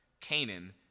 Canaan